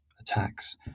attacks